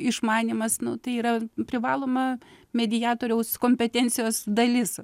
išmanymas nu tai yra privaloma mediatoriaus kompetencijos dalis